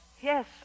Yes